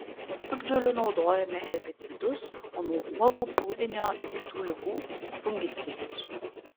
nuo piktžolių naudojome herbicidus o nuo uogų puvinio ir kitų ligų fungicidus